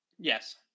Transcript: yes